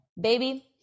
Baby